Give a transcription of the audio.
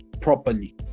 properly